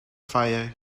fire